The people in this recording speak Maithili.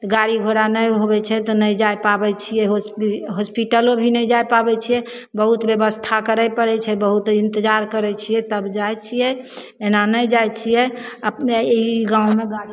गाड़ी घोड़ा नहि होबै छै तऽ नहि जा पाबै छिए हॉस्पि हॉस्पिटलो भी नहि जा पाबै छिए बहुत बेबस्था करै पड़ै छै बहुत इन्तजार करै छिए तब जाइ छिए एना नहि जाइ छिए अपने ई गाममे गाड़ी